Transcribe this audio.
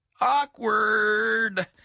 Awkward